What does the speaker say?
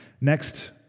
Next